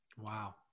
wow